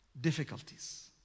Difficulties